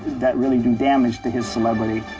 that really do damage to his celebrity